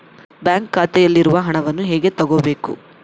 Bank ಖಾತೆಯಲ್ಲಿರುವ ಹಣವನ್ನು ಹೇಗೆ ತಗೋಬೇಕು?